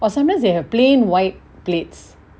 oh sometimes they have plain white plates